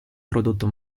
prodotto